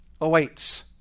awaits